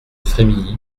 frémilly